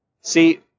See